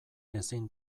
ezin